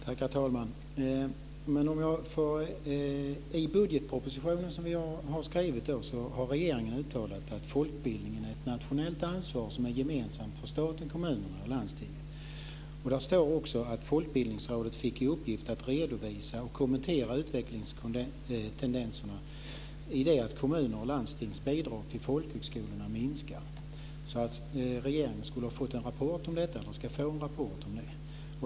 Herr talman! I den budgetproposition som vi har skrivit har regeringen uttalat att folkbildningen är ett nationellt ansvar som är gemensamt för staten, kommunerna och landstingen. Där står också att Folkbildningsrådet fick i uppgift att redovisa och kommentera utvecklingstendenserna när det gäller att kommunernas och landstingens bidrag till folkhögskolorna minskar. Regeringen skulle ha fått en rapport om detta, eller ska få det senare.